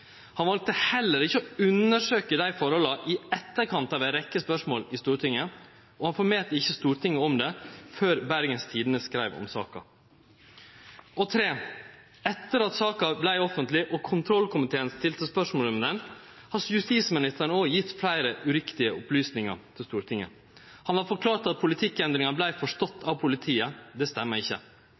Han valde heller ikkje å undersøke desse tilhøva i etterkant av ei rekkje spørsmål i Stortinget, og han informerte ikkje Stortinget om det før Bergens Tidende skreiv om saka. Etter at saka vart offentleg og kontrollkomiteen stilte spørsmål om ho, har justisministeren også gjeve fleire uriktige opplysningar til Stortinget. Han har forklart at politikkendringa vart forstått av politiet. Det stemmer ikkje.